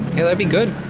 it'll be good?